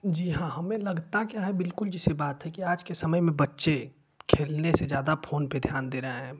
जी हाँ हमें लगता है क्या बिल्कुल जैसी बात है आज के समय में बच्चे खेलने से ज़्यादा फोन पर ध्यान दे रहे हैं